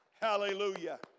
Hallelujah